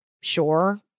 Sure